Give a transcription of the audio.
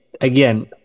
again